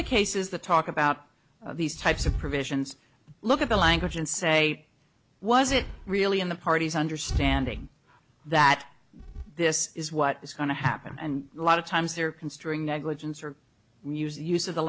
the cases the talk about these types of provisions to look at the language and say was it really in the party's understanding that this is what is going to happen and a lot of times they're considering negligence or use use of the